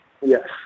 yes